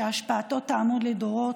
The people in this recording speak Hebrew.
שהשפעתו תעמוד לדורות.